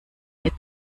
ihr